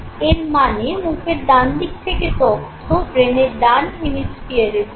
এর মানে মুখের ডান দিকে থেকে তথ্য ব্রেনের ডান হেমিস্ফিয়ারে যায়